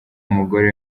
umugore